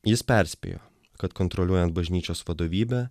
jis perspėjo kad kontroliuojant bažnyčios vadovybę